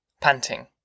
panting